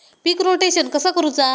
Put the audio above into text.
पीक rotation कसा करूचा?